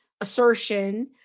assertion